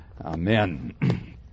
Amen